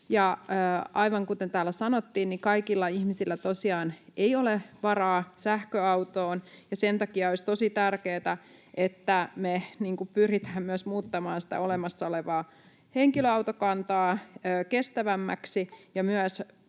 Aivan kuten täällä sanottiin, kaikilla ihmisillä tosiaan ei ole varaa sähköautoon, ja sen takia olisi tosi tärkeätä, että me pyritään myös muuttamaan sitä olemassa olevaa henkilöautokantaa kestävämmäksi ja myös